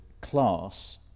class